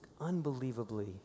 unbelievably